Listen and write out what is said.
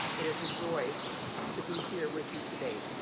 it is a joy to be here with you today